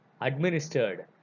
administered